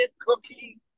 cookie